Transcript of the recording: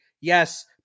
Yes